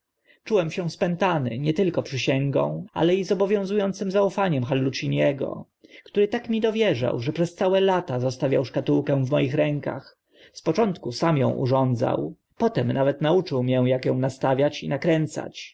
czułem się spętany nie tylko przysięgą ale i zobowiązu ącym zaufaniem halluciniego który tak mi dowierzał że przez całe lata zostawiał szkatułkę w moich rękach z początku sam ą urządzał potem nawet nauczył mię ak ą nastawiać i nakręcać